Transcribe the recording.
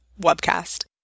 webcast